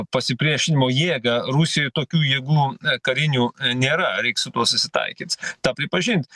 pasipriešinimo jėgą rusijoj tokių jėgų karinių nėra reik su tuo susitaikyt tą pripažint